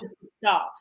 staff